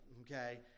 okay